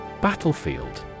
Battlefield